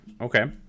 Okay